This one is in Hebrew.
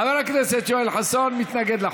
אני לא מתנגד.